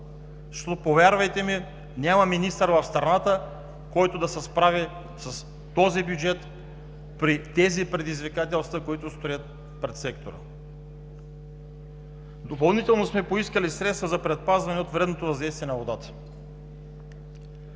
бюджет. Повярвайте ми, няма министър в страната, който да се справи с този бюджет при тези предизвикателства, които стоят пред сектора. Допълнително сме поискали средства за предпазване от вредното въздействие на водата.